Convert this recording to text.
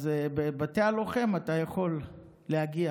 אז לבתי הלוחם אתה יכול להגיע.